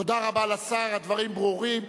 תודה רבה לשר, הדברים ברורים.